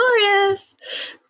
Glorious